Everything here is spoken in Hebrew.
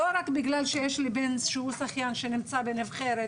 לא רק בגלל שיש לי בן שהוא שחיין שנמצא בנבחרת